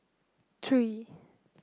three